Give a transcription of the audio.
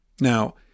Now